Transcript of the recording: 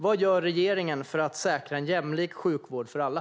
Vad gör regeringen för att säkra en jämlik sjukvård för alla?